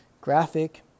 graphic